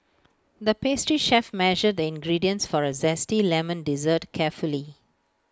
the pastry chef measured the ingredients for A Zesty Lemon Dessert carefully